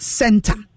center